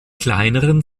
kleineren